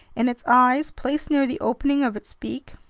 and its eyes, placed near the opening of its beak,